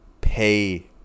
pay